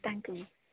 thank you ma'am